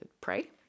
pray